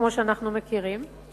כמו שאנחנו מכירים,